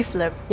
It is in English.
Flip